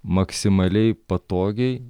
maksimaliai patogiai